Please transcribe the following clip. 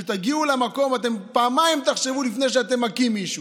כשתגיעו למקום אתם תחשבו פעמיים לפני שאתם מכים מישהו.